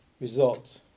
results